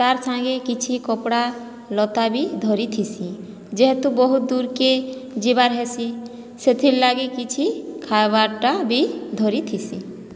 ତାର ସାଙ୍ଗେ କିଛି କପଡ଼ା ଲତା ବି ଧରିଥିସି ଯେହେତୁ ବହୁତ ଦୂର୍କେ ଯିବାର୍ ହେସି ସେଥିର୍ ଲାଗି କିଛି ଖାଇବାର୍ଟା ବି ଧରିଥିସି